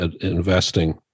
investing